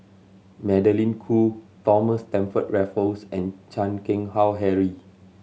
Magdalene Khoo Thomas Stamford Raffles and Chan Keng Howe Harry